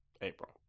april